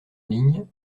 ligne